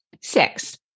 Six